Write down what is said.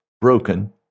broken